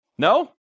No